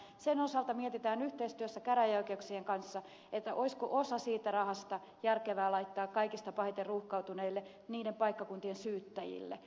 sen osalta mietitään yhteistyössä käräjäoikeuksien kanssa että olisiko osa siitä rahasta järkevää laittaa kaikkein pahimmin ruuhkautuneiden paikkakuntien syyttäjille